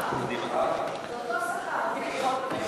העיקר שהם ישבו יחד אחד ליד השני באוטובוס.